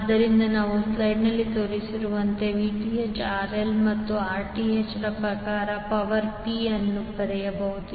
ಆದ್ದರಿಂದ ನಾವು ಸ್ಲೈಡ್ನಲ್ಲಿ ತೋರಿಸಿರುವಂತೆ Vth RL ಮತ್ತು Rth ರ ಪ್ರಕಾರ ಪವರ್ P ಅನ್ನು ಬರೆಯಬಹುದು